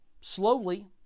slowly